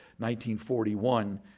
1941